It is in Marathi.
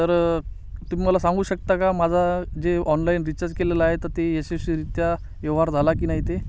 तर तुम्ही मला सांगू शकता का माझा जे ऑनलाईन रिचार्ज केलेला आहे तर ते यशस्वीरीत्या व्यवहार झाला की नाही ते